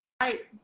right